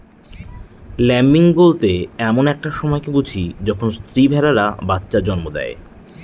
lambing বলতে এমন একটা সময়কে বুঝি যখন স্ত্রী ভেড়ারা বাচ্চা জন্ম দেয়